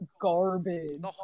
garbage